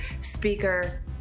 speaker